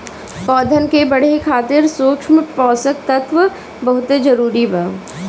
पौधन के बढ़े खातिर सूक्ष्म पोषक तत्व बहुत जरूरी बा